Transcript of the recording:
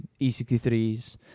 e63s